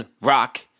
rock